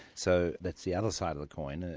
so that's the other side of the coin, ah